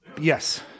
Yes